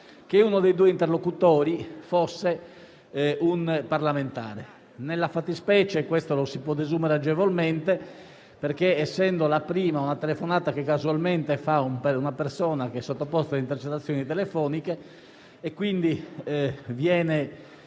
che uno dei due interlocutori fosse un parlamentare. Nella fattispecie questo lo si può desumere agevolmente perché la prima è una telefonata che casualmente fa una persona sottoposta a intercettazioni telefoniche, e una